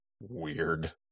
weird